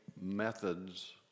methods